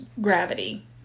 gravity